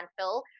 landfill